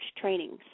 trainings